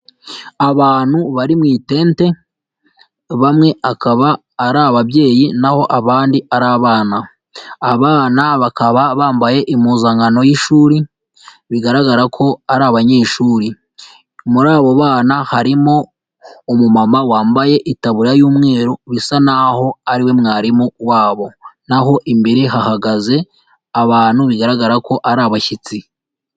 Abantu bari mu itente bamwe akaba ari ababyeyi naho abandi ari abana, abana bakaba bambaye impuzankano y'ishuri bigaragara ko ari abanyeshuri muri abo bana harimo umumama wambaye itaburiya y'umweru bisa naho ari we mwarimu wabo naho imbere hahagaze abantu bigaragara ko ari abashyitsi.